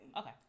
okay